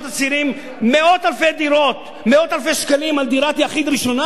הצעירים מאות אלפי שקלים על דירה ראשונה?